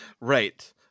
Right